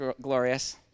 glorious